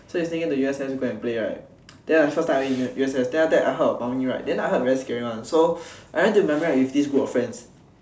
so we sneak into U_S_S to go and play right then the first time I went to U_S_S then I heard of mummy ride then I heard very scary [one] then so I went to mummy ride with this group of friends